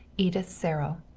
edith serrell.